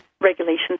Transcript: regulations